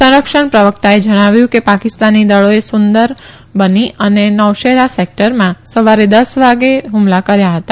સંરક્ષણ પ્રવકતાએ જણાવ્યું કે પાકિસ્તાની દળોએ સુંદર બની અને નૌશેરા સેકટરમાં સવારે દસ વાગે હુમલા કર્યા હતા